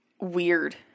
weird